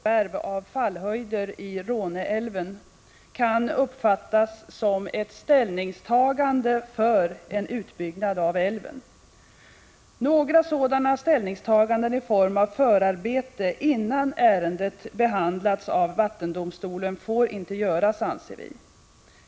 Herr talman! Folkpartiet befarar — i likhet med centerpartiet — att vattenfallsverkets förvärv av fallhöjder i Råneälven kan uppfattas som ett ställningstagande för en utbyggnad av älven. Några sådana ställningstagan den i form av förarbete innan ärendet behandlats av vattendomstolen får inte — Prot. 1985/86:157 göras, anser vi.